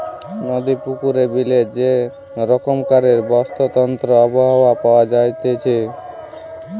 নদী, পুকুরে, বিলে যে রকমকারের বাস্তুতন্ত্র আবহাওয়া পাওয়া যাইতেছে